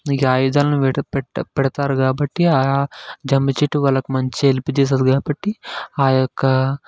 ఈ ఆయుధాలను వేట పె పెడతారు కాబట్టి ఆ జమ్మిచెట్టు వాళ్ళకి మంచి హెల్ప్ చేస్తుంది కాబట్టి ఆ యొక్క